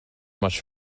much